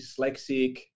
dyslexic